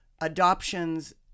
Adoptions